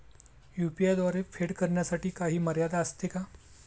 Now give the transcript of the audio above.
UPI द्वारे फेड करण्यासाठी काही मर्यादा असते का?